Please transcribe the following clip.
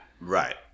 Right